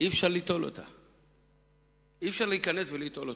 אי-אפשר להיכנס וליטול אותה,